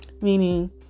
Meaning